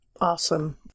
Awesome